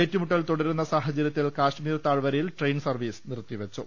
ഏറ്റുമുട്ടൽ തുടരുന്ന സാഹചര്യത്തിൽ കശ്മീർ താഴ്വരയിൽ ട്രെയിൻ സർവീസ് നിർത്തിവെച്ചു